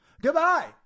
Goodbye